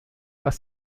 was